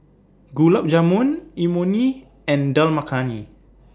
Gulab Jamun Imoni and Dal Makhani